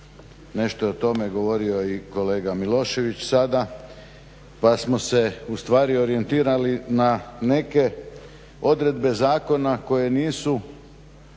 Nešto je o tome govorio i kolega Milošević sada. Pa smo se ustvari orijentirali na neke odredbe zakona koje nisu